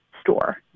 store